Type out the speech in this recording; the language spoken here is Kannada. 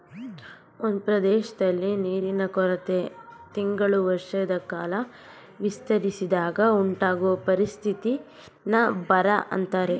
ಒಂದ್ ಪ್ರದೇಶ್ದಲ್ಲಿ ನೀರಿನ ಕೊರತೆ ತಿಂಗಳು ವರ್ಷದಕಾಲ ವಿಸ್ತರಿಸಿದಾಗ ಉಂಟಾಗೊ ಪರಿಸ್ಥಿತಿನ ಬರ ಅಂತಾರೆ